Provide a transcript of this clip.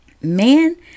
man